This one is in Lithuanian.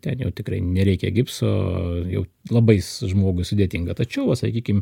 ten jau tikrai nereikia gipso jau labais su žmogų sudėtinga tačiau va sakykim